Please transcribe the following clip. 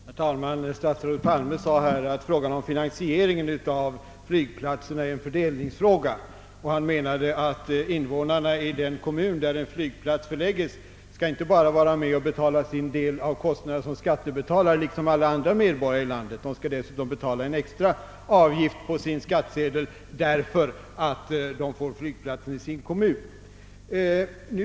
Herr talman! Statsrådet Palme sade att finansieringen av flygplatserna är en fördelningsfråga. Han menade att invånarna i den kommun dit en flygplats förlägges inte bara skall vara med och betala sin del av kostnaderna som skattebetalare, liksom alla andra medborgare i landet, utan de skall dessutom betala en extra avgift på sin skattsedel på grund av att de får flygplatsen i sin hemkommun.